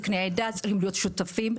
זקני העדה צריכים להיות שותפים.